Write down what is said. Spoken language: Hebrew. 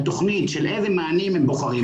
על תוכנית של המענים שהם בוחרים,